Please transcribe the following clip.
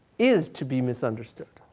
is to be misunderstood.